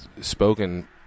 spoken